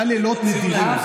אולי צריך מתמחים נורבגים.